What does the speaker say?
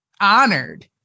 honored